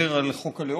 אנחנו נדבר על חוק הלאום,